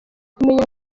kumenya